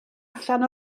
allan